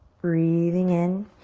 breathing in.